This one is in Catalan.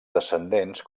descendents